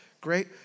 Great